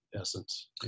essence